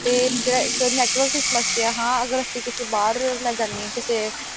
ਅਤੇ ਜਿਹੜਾ ਇੱਕ ਨੈਟਵਰਕ ਦੀ ਸਮੱਸਿਆ ਹਾਂ ਅਗਰ ਅਸੀਂ ਕਿਸੇ ਬਾਹਰ ਮੈਂ ਜਾਂਦੀ ਕਿਸੇ